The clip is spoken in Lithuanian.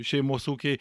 šeimos ūkiai